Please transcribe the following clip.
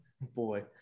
boy